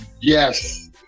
Yes